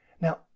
Now